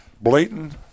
Blatant